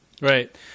Right